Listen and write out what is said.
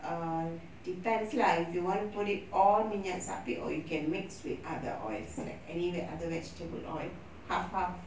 err depends lah if you want to put it all minyak sapi or you can mix with other oils like any other vegetable oil half half